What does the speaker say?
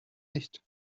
nicht